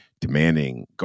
demanding